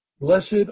Blessed